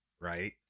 Right